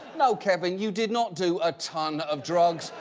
no, kevin, you did not do a ton of drugs,